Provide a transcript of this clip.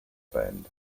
band